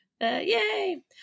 Yay